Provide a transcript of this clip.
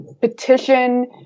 petition